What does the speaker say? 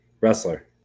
wrestler